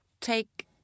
take